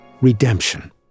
redemption